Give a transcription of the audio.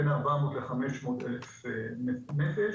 בין 400,000 ל-500,000 נפש.